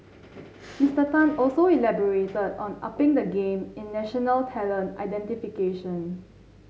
Mister Tang also elaborated on upping the game in national talent identification